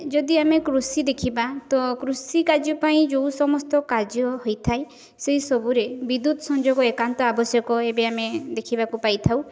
ଯଦି ଆମେ କୃଷି ଦେଖିବା ତ କୃଷି କାର୍ଯ୍ୟପାଇଁ ଯେଉଁ ସମସ୍ତ କାର୍ଯ୍ୟ ହୋଇଥାଏ ସେଇ ସବୁରେ ବିଦ୍ୟୁତ୍ ସଂଯୋଗ ଏକାନ୍ତ ଆବଶ୍ୟକ ଏବେ ଆମେ ଦେଖିବାକୁ ପାଇଥାଉ